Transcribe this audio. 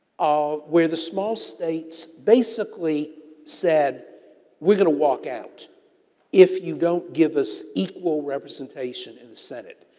ah where the small states basically said we're going to walk out if you don't give us equal representation in the senate.